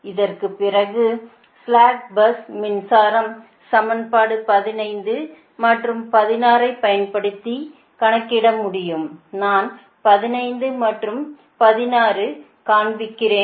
இதற்குப் பிறகு slack bus மின்சாரம் சமன்பாடு 15 மற்றும் 16 ஐப் பயன்படுத்தி கணக்கிட முடியும் நான் 15 மற்றும் 16 காண்பிக்கிறேன்